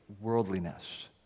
worldliness